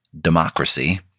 democracy